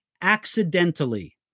Accidentally